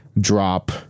drop